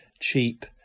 cheap